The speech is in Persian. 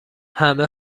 همه